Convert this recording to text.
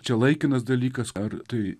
čia laikinas dalykas ar tai